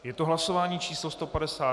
Je to hlasování číslo 152.